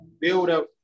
build-up